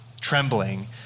trembling